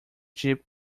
jip